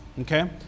Okay